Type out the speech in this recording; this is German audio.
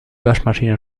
waschmaschine